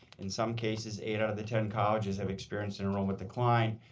in some cases eight out of the ten colleges have experienced enrollment decline.